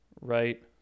right